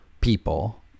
people